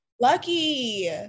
Lucky